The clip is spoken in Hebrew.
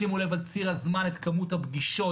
שימו לב על ציר הזמן את כמות הפגישות